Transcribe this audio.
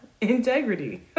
integrity